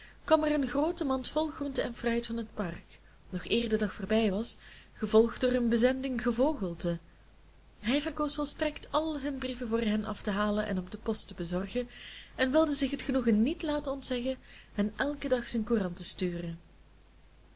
kwam er een groote mand vol groente en fruit van het park nog eer de dag voorbij was gevolgd door een bezending gevogelte hij verkoos volstrekt al hun brieven voor hen af te halen en op de post te bezorgen en wilde zich het genoegen niet laten ontzeggen hun elken dag zijn courant te sturen